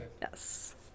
yes